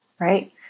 right